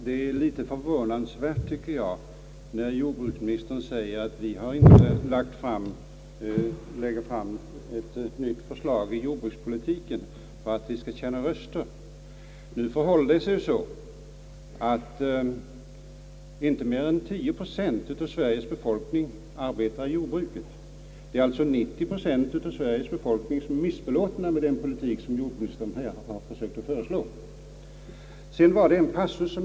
Herr talman! Det är förvånansvärt att jordbruksministern säger att man inte har lagt fram ett nytt förslag i jordbrukspolitiken för att vinna röster. Det förhåller sig ju så att inte mer än 10 procent av Sveriges befolkning arbetar i jordbruket. Det är alltså 90 procent av Sveriges befolkning som är konsumenter och varav en stor del missnöjda med den politik som jordbruksministern är = förespråkare för.